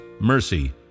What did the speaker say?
mercy